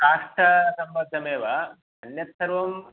काष्ठसम्बद्धमेव अन्यत्सर्वम्